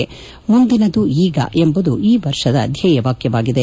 ಮುಂದಿನದು ಈಗ ಎಂಬುದು ಈ ವರ್ಷದ ಧ್ಲೇಯವಾಕ್ಸವಾಗಿದೆ